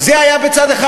התשובה ברורה